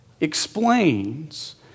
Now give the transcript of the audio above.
explains